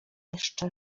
jeszcze